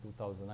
2009